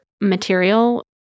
material